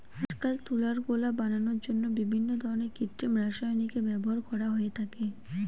আজকাল তুলার গোলা বানানোর জন্য বিভিন্ন ধরনের কৃত্রিম রাসায়নিকের ব্যবহার করা হয়ে থাকে